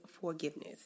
forgiveness